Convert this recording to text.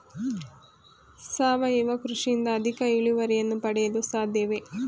ಸಾವಯವ ಕೃಷಿಯಿಂದ ಅಧಿಕ ಇಳುವರಿಯನ್ನು ಪಡೆಯಲು ಸಾಧ್ಯವೇ?